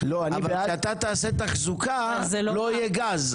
אבל כשאתה תעשה תחזוקה לא יהיה גז,